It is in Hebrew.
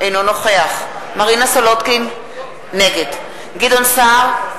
אינו נוכח מרינה סולודקין, נגד גדעון סער,